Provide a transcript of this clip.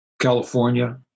California